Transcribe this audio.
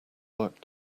work